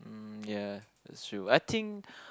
mm ya that's true I think